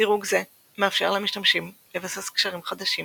דירוג זה מאפשר למשתמשים לבסס קשרים חדשים